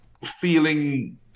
feeling